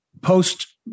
Post